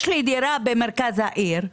יש לי דירה במרכז העיר,